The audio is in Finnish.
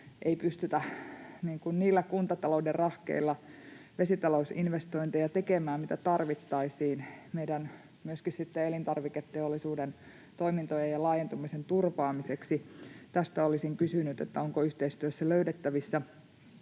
ei pystytä kuntatalouden rahkeilla tekemään niitä vesitalousinvestointeja, mitä tarvittaisiin myöskin sitten meidän elintarvike-teollisuuden toimintojen ja laajentumisen turvaamiseksi. Tästä olisin kysynyt, onko yhteistyössä löydettävissä